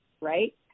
right